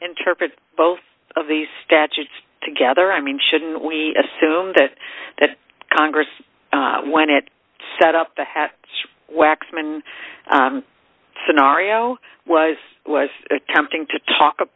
interpret both of these statutes together i mean shouldn't we assume that the congress when it set up the hat waxman scenario was was attempting to talk